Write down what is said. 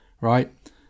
Right